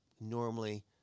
Normally